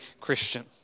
Christian